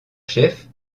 chefs